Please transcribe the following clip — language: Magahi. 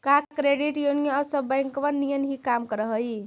का क्रेडिट यूनियन आउ सब बैंकबन नियन ही काम कर हई?